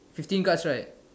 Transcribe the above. fifteen cards right